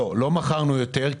לא מכרנו יותר.